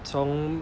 从